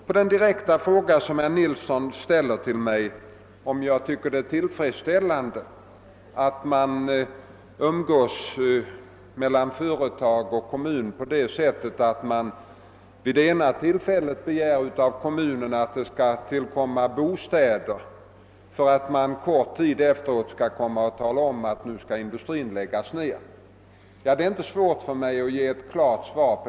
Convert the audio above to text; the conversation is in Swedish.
På den direkta fråga som herr Nilsson i Östersund ställde till mig, nämligen om jag tycker det är tillfredsställande, att ett företag och en kommun umgås på det sättet att företaget vid det ena tillfället begär av kommunen, att det bereds bostäder åt de anställda och kort tid efteråt kommer och talar om att industrin skall läggas ned, är det inte svårt för mig att ge ett klart svar.